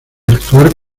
actuar